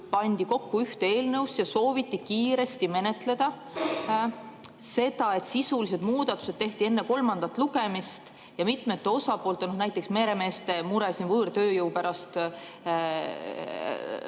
pandi kokku ühte eelnõusse, sooviti kiiresti menetleda, ning see, et sisulised muudatused tehti enne kolmandat lugemist ja mitmete osapoolte, näiteks meremeeste mure siin võõrtööjõu pärast